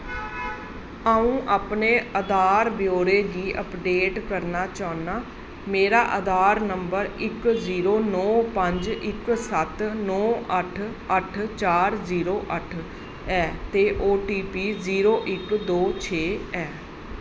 आऊं अपने आधार ब्यौरे गी अपडेट करना चाह्न्नां मेरा आधार नंबर इक जीरो नौ पंज इक स ते नौ अट्ठ अट्ठ चार जीरो अट्ठ ऐ ते ओ टी पी जीरो इक दो छे ऐ